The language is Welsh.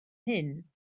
hyn